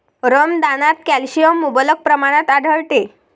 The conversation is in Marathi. रमदानात कॅल्शियम मुबलक प्रमाणात आढळते